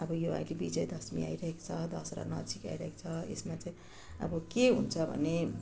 अब यो अहिले विजया दसमी आइरहेको छ दसहरा नजिकै आइरहेको छ यसमा चाहिँ अब के हुन्छ भने